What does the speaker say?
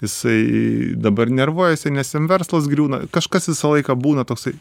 jisai dabar nervuojasi nes jam verslas griūna kažkas visą laiką būna toksai